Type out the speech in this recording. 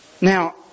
Now